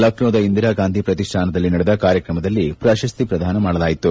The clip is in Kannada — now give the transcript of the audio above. ಲಕ್ಷೋದ ಇಂದಿರಾ ಗಾಂಧಿ ಪ್ರತಿಷ್ಠಾನದಲ್ಲಿ ನಡೆದ ಕಾರ್ಯಕ್ರಮದಲ್ಲಿ ಪ್ರಶಸ್ತಿ ಪ್ರಧಾನ ಮಾಡಲಾಯಿತು